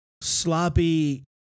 sloppy